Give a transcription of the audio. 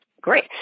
Great